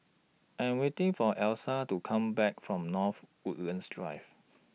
I Am waiting For Eloisa to Come Back from North Woodlands Drive